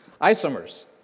isomers